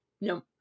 no